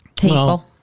people